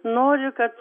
noriu kad